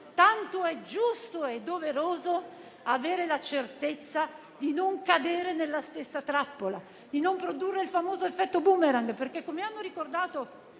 quanto è giusto e doveroso avere la certezza di non cadere nella stessa trappola, di non produrre il famoso effetto *boomerang.* Infatti, come hanno giustamente